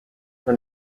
when